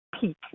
peak